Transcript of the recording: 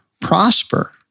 prosper